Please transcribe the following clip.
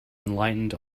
enlightened